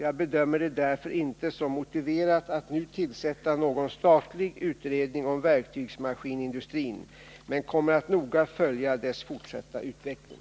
Jag bedömer det därför inte som motiverat att nu tillsätta någon statlig utredning om verktygsmaskinindustrin men kommer att noga följa dess fortsatta utveckling.